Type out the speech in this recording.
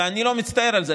ואני לא מצטער על זה.